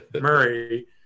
Murray